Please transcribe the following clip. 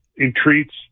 entreats